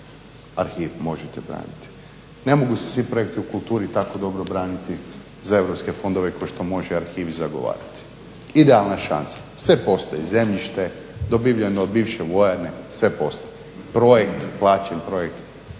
arhiv možete braniti. Ne mogu se svi projekti u kulturi tako dobro braniti za EU fondove kao što može arhiv zagovarati. Idealna šansa, sve postoji. Zemljište dobiveno od bivše vojarne, projekt plaćen, samo to